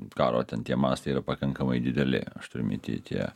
karo ten tie mastai yra pakankamai dideli aš turiu minty ten tie